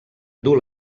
dur